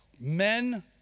men